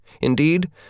Indeed